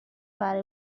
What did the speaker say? برای